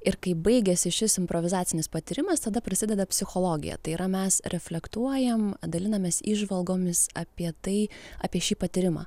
ir kai baigiasi šis improvizacinis patyrimas tada prasideda psichologija tai yra mes reflektuojam dalinamės įžvalgomis apie tai apie šį patyrimą